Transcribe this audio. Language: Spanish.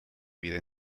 vida